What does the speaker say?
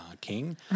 King